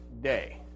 day